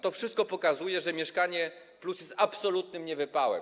To wszystko pokazuje, że „Mieszkanie+” jest absolutnym niewypałem.